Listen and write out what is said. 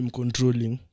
controlling